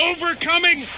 Overcoming